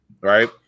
right